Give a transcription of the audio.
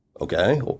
okay